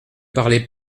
parlez